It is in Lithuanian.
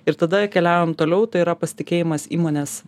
ir tada keliavom toliau tai yra pasitikėjimas įmonės